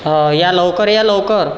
हा या लवकर या लवकर